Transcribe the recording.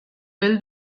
will